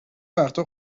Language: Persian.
وقتها